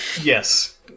yes